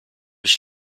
ich